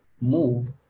move